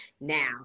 now